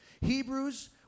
Hebrews